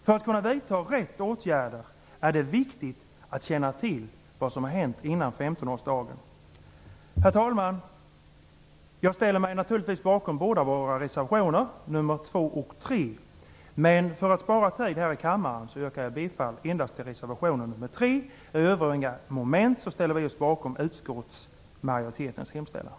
För att kunna vidta rätt åtgärder är det viktigt att känna till vad som har hänt innan 15-årsdagen. Herr talman! Jag ställer mig naturligtvis bakom båda våra reservationer - nr 2 och 3 - men för att spara tid här i kammaren yrkar jag bifall endast till reservation nr 3. I övriga moment ställer vi oss bakom utskottsmajoritetens hemställan.